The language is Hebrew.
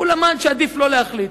הוא למד שעדיף לא להחליט.